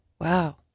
Wow